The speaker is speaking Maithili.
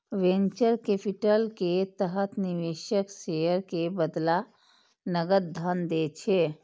वेंचर कैपिटल के तहत निवेशक शेयर के बदला नकद धन दै छै